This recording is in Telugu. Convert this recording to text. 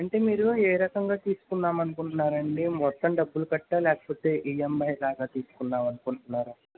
అంటే మీరు ఏ రకంగా తీసుకుందాం అనుకుంటున్నారండి మొత్తం డబ్బులు కట్టా లేకపోతే ఈఎంఐ లాగా తీసుకుందాం అనుకుంటున్నారా